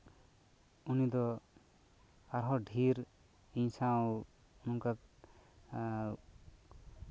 ᱩᱱᱤ ᱫᱚ ᱟᱨᱦᱚᱸ ᱰᱷᱮᱨ ᱤᱧ ᱥᱟᱶ ᱚᱱᱠᱟ